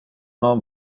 non